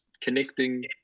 connecting